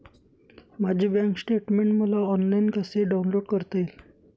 माझे bank statement मला online कसे डाउनलोड करता येईल?